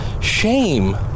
Shame